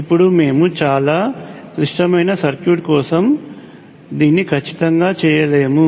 ఇప్పుడు మేము చాలా క్లిష్టమైన సర్క్యూట్ కోసం దీన్ని ఖచ్చితంగా చేయలేము